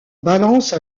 balance